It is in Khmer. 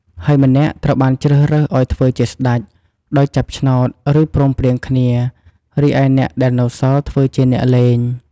ហើយម្នាក់ត្រូវបានជ្រើសរើសឱ្យធ្វើជា "ស្តេច" ដោយចាប់ឆ្នោត ឬព្រមព្រៀងគ្នា រីឯអ្នកដែលនៅសល់ធ្វើជា "អ្នកលេង"។